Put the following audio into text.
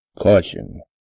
CAUTION